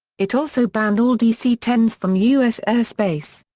it also banned all dc ten s from u s. airspace.